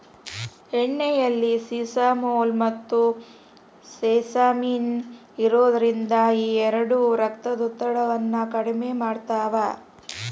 ಎಳ್ಳೆಣ್ಣೆಯಲ್ಲಿ ಸೆಸಮೋಲ್, ಮತ್ತುಸೆಸಮಿನ್ ಇರೋದ್ರಿಂದ ಈ ಎರಡು ರಕ್ತದೊತ್ತಡವನ್ನ ಕಡಿಮೆ ಮಾಡ್ತಾವ